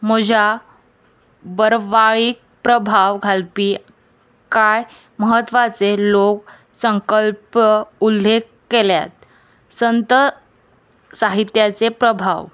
म्हज्या बरवाळीक प्रभाव घालपी कांय म्हत्वाचे लोक संकल्प उल्लेख केल्यात संत साहित्याचे प्रभाव